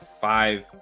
five